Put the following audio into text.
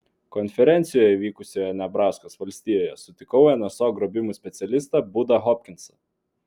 konferencijoje vykusioje nebraskos valstijoje sutikau nso grobimų specialistą budą hopkinsą